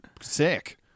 sick